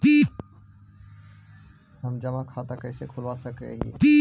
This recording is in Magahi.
हम जमा खाता कहाँ खुलवा सक ही?